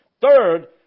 Third